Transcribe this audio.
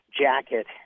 jacket